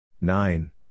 Nine